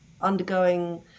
undergoing